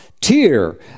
tier